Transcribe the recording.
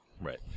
Right